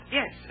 yes